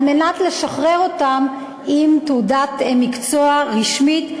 על מנת לשחרר אותם עם תעודת מקצוע רשמית,